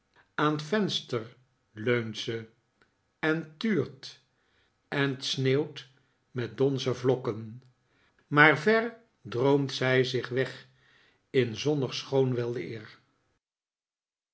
aan t venster leunt ze en tuurt en t sneeuwt met donzen vlokken maar ver droomt zij zich weg in zonnig schoon weleer